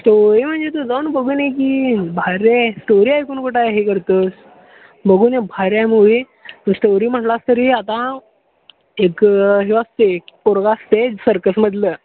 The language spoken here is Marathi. स्टोरी म्हणजे तू जाऊन बघून ये की भारी आहे स्टोरी ऐकून कुठं आहे हे करतो आहेस बघून ये भारी आहे मुवी जर स्टोरी म्हणालास तरी आता एक ह्यो असतो पोरगा असते सर्कसमधलं